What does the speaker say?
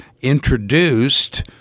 introduced